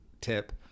tip